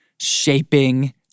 shaping